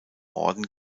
orden